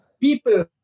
People